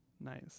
nice